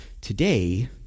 Today